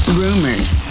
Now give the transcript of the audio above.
rumors